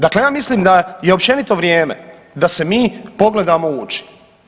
Dakle, ja mislim da je općenito vrijeme da se mi pogledamo u oči.